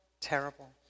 terrible